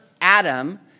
Adam